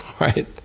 Right